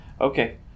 Okay